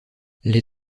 les